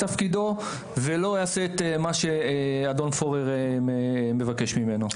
תפקידו ולא את מה שאדון פורר מבקש ממנו.